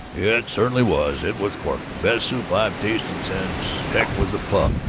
it certainly was! it was corking! best soup i've tasted since heck was a pup!